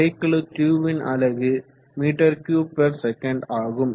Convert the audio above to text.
வகைக்கெழு Qன் அலகு m3sec ஆகும்